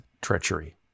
treachery